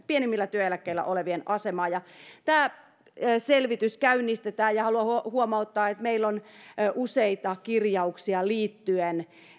pienimmillä työeläkkeillä olevien asemaa tämä selvitys käynnistetään ja haluan huomauttaa että meillä on useita kirjauksia liittyen